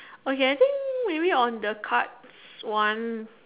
okay I think maybe on the cards one